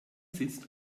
sitzt